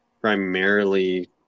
primarily